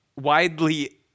widely